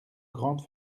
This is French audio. grande